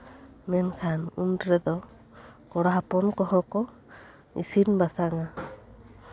ᱢᱮᱱᱠᱷᱟᱱ ᱩᱱ ᱨᱮᱫᱚ ᱠᱚᱲᱟ ᱦᱚᱯᱚᱱ ᱠᱚᱦᱚᱸ ᱠᱚ ᱤᱥᱤᱱᱼᱵᱟᱥᱟᱝᱟ